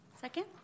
Second